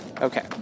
Okay